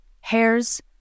Hairs